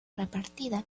repartida